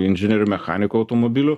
inžinieriu mechaniku automobilių